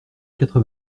quatre